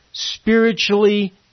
spiritually